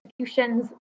executions